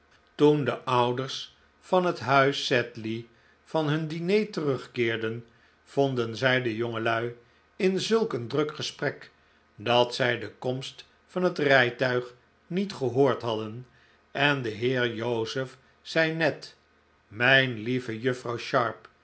toen de ouders van het huis sedley van hun diner terugkeerden vonden zij de jongelui in zulk een druk gesprek dat zij de komst van het rijtuig niet gehoord hadden en de heer joseph zei net mijn lieve juffrouw sharp